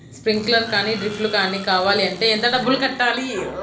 Sprinkler కానీ డ్రిప్లు కాని కావాలి అంటే ఎంత డబ్బులు కట్టాలి?